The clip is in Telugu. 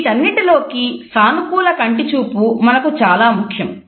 వీటన్నిటిలో కి సానుకూల కంటి చూపు మనకు చాలా ముఖ్యం